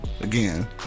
Again